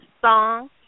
song